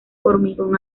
hormigón